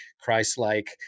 Christ-like